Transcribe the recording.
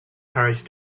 courage